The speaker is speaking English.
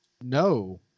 No